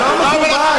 לא יפה.